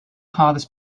hardest